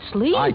Sleep